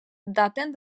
daten